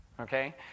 okay